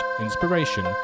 inspiration